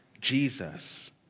Jesus